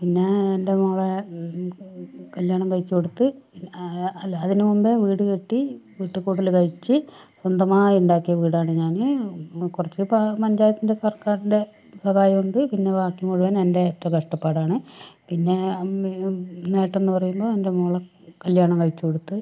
പിന്നെ എൻ്റെ മകളെ കല്യാണം കഴിച്ച് കൊടുത്ത് അല്ല അതിന് മുൻപേ വീട് കെട്ടി വീട്ടിൽ കൂടല് കഴിച്ച് സ്വന്തമായി ഉണ്ടാക്കിയ വീടാണ് ഞാൻ കുറച്ച് പഞ്ചായത്തിൻ്റെ സർക്കാറിൻ്റെ സഹായം ഉണ്ട് പിന്നെ ബാക്കി മുഴുവൻ എൻ്റെ ഏറ്റവും കഷ്ടപ്പാടാണ് പിന്നെ നേട്ടമെന്ന് പറയുമ്പോൾ എൻ്റെ മകളെ കല്യാണം കഴിച്ച് കൊടുത്ത്